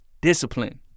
discipline